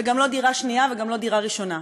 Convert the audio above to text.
וגם לא דירה שנייה וגם לא דירה ראשונה.